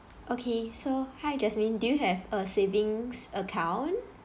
okay so hi jasmine do you have a savings account